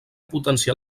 potenciar